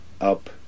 up